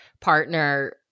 partner